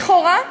לכאורה,